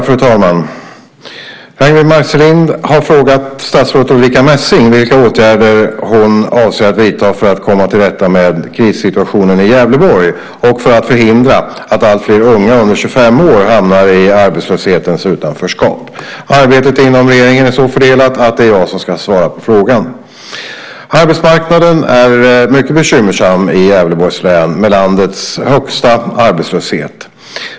Fru talman! Ragnwi Marcelind har frågat statsrådet Ulrica Messing vilka åtgärder hon avser att vidta för att komma till rätta med krissituationen i Gävleborg och för att förhindra att alltfler unga under 25 år hamnar i arbetslöshetens utanförskap. Arbetet inom regeringen är så fördelat att det är jag som ska svara på frågan. Arbetsmarknaden är mycket bekymmersam i Gävleborgs län med landets högsta arbetslöshet.